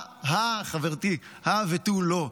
-- חברתי, הא ותו לא.